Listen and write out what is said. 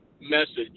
message